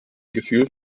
gefühl